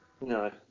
No